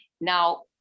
Now